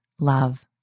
love